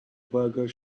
burger